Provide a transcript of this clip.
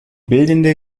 bildende